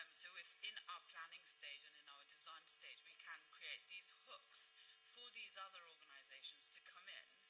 so if in our planning stage and in our design stage we can create these hooks for these other organizations to come in,